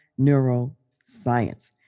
neuroscience